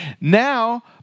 now